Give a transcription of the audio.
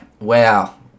wow